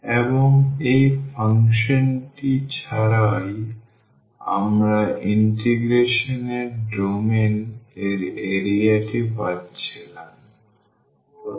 এবং এই ফাংশনটি ছাড়াই আমরা ইন্টিগ্রেশন এর ডোমেন এর এরিয়াটি পাচ্ছিলাম